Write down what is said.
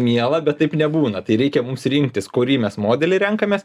miela bet taip nebūna tai reikia mums rinktis kurį mes modelį renkamės